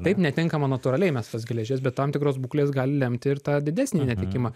taip netenkama natūraliai mes tos geležies bet tam tikros būklės gali lemti ir tą didesnį netekimą